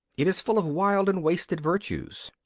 it is full of wild and wasted virtues.